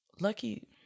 lucky